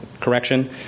correction